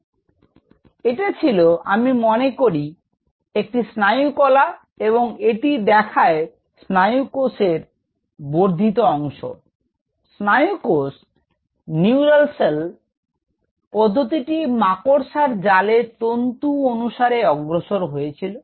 তো এটা ছিল আমি মনে করি এটা ছিল একটি স্নায়ুকলা এবং এটি দেখায় স্নায়ুকোষের বা রের বর্ধিত অংশ স্নায়ুকোষ পদ্ধতিটি মাকড়শার জালের তন্তু অনুসারে অগ্রসর হয়েছিল